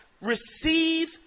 receive